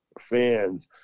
fans